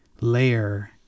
layer